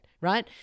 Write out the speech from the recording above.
right